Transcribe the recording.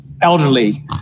elderly